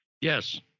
Yes